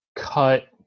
cut